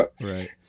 Right